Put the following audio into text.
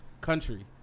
country